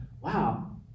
wow